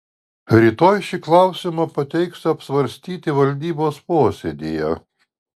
rytoj šį klausimą pateiksiu apsvarstyti valdybos posėdyje